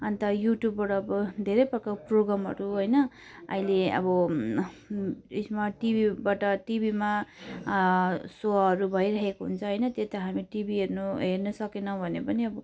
अन्त युट्युबबाट अब धेरै प्रकारको प्रोग्रामहरू होइन अहिले अब उयसमा टिभीबाट टिभीमा सोहरू भइरहेको हुन्छ होइन त्यो त हामी टिभी हेर्नु हेर्नु सकेनौँ भने पनि अब